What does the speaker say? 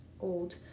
old